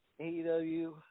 AEW